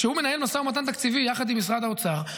כשהוא מנהל משא ומתן תקציבי יחד עם משרד האוצר,